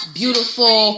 beautiful